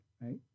right